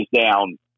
down